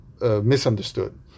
misunderstood